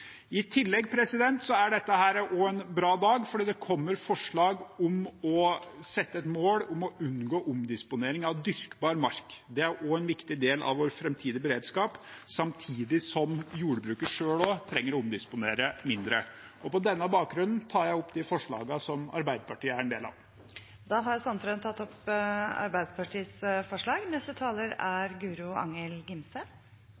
I tillegg er dette en bra dag fordi det kommer forslag om å sette et mål om å unngå omdisponering av dyrkbar mark. Det er også en viktig del av vår framtidige beredskap, samtidig som jordbruket selv også trenger å omdisponere mindre. På denne bakgrunnen tar jeg opp de forslagene som Arbeiderpartiet er en del av. Representanten Nils Kristen Sandtrøen har tatt opp